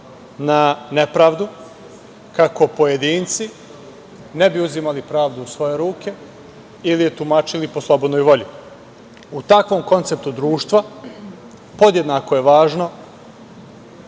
na nepravdu kako pojedinci ne bi uzimali pravdu u svoje ruke ili je tumačili po slobodnoj volji.U takvom konceptu društva podjednako je važno